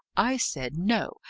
i said, no.